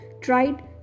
tried